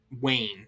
Wayne